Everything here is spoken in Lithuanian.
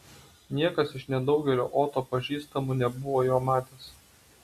niekas iš nedaugelio oto pažįstamų nebuvo jo matęs